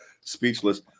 speechless